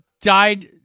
died